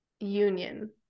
Union